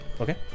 Okay